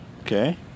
Okay